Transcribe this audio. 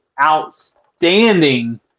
outstanding